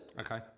Okay